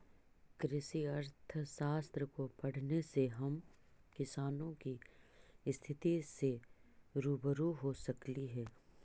कृषि अर्थशास्त्र को पढ़ने से हम किसानों की स्थिति से रूबरू हो सकली हे